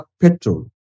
petrol